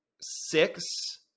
six